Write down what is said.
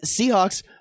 Seahawks